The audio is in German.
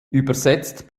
übersetzt